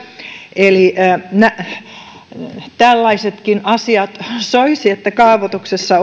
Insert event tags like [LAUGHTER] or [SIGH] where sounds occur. eli soisi että tällaisetkin asiat otettaisiin kaavoituksessa [UNINTELLIGIBLE]